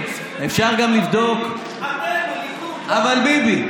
אבל ביבי.